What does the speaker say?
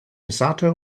misato